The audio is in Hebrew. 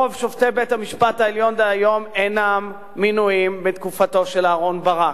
רוב שופטי בית-המשפט העליון דהיום אינם מינויים מתקופתו של אהרן ברק.